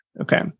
Okay